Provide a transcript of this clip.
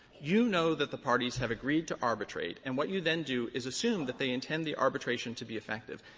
you know that the parties have agreed to arbitrate and what you then do is assume that they intend the arbitration to be effective.